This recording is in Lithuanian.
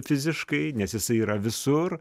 fiziškai nes jisai yra visur